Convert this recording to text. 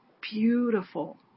beautiful